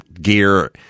gear